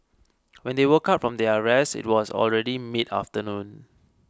when they woke up from their rest it was already mid afternoon